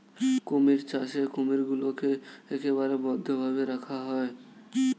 কুমির চাষে কুমিরগুলোকে একেবারে বদ্ধ ভাবে রাখা হয়